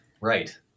Right